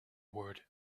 word